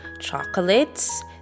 chocolates